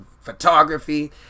photography